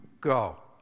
go